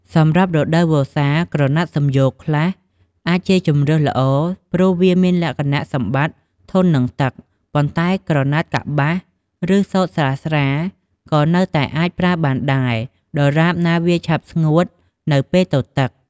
សម្រាប់រដូវវស្សា ក្រណាត់សំយោគខ្លះអាចជាជម្រើសល្អ ព្រោះវាមានលក្ខណៈសម្បត្តិធន់នឹងទឹក ប៉ុន្តែ ក្រណាត់កប្បាស ឬសូត្រស្រាលៗ ក៏នៅតែអាចប្រើបានដែរ ដរាបណាវាឆាប់ស្ងួតនៅពេលទទឹក។